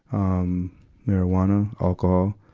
um marijuana, alcohol.